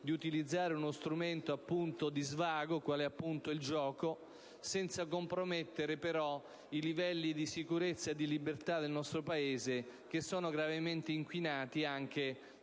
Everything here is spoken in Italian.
di utilizzare uno strumento di svago, quale appunto il gioco, senza compromettere però i livelli di sicurezza e di libertà del nostro Paese, che sono gravemente inquinati anche